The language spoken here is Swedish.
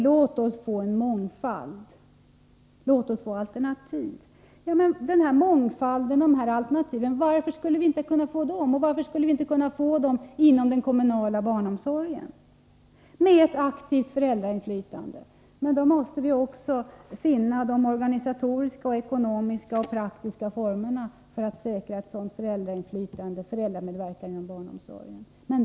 Det kan låta både lockande och ofarligt. Men varför skulle vi inte kunna få mångfalden och alternativen inom den kommunala barnomsorgen? Det skulle vi kunna få genom ett aktivt föräldrainflytande. Men då måste vi också finna de organisatoriska, ekonomiska och praktiska formerna för att säkra ett sådant föräldrainflytande och en sådan föräldramedverkan inom barnomsorgen.